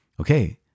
Okay